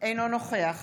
אינו נוכח